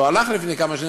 לפני כמה שנים,